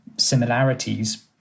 similarities